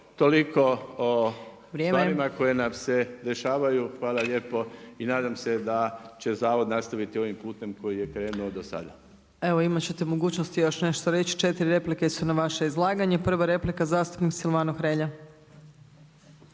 toliko o stvarima koje nam se dešavaju. Hvala lijepo i nadam se da će zavod nastaviti ovim putem kojim je krenulo do sada. **Opačić, Milanka (SDP)** Evo imate ćete mogućnosti još nešto reći. 4 replike su na vaše izlaganje, prva replika zastupnika Silvano Hrelja.